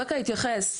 אווקה התייחס,